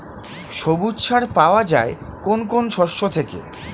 সবুজ সার পাওয়া যায় কোন কোন শস্য থেকে?